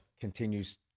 continues